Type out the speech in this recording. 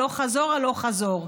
הלוך חזור, הלוך חזור.